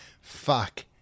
Fuck